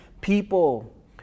people